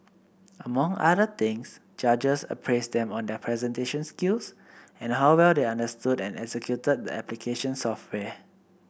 among other things judges appraised them on their presentation skills and how well they understood and executed the application software